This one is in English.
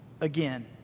again